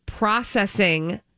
processing